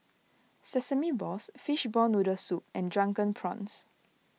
Sesame Balls Fishball Noodle Soup and Drunken Prawns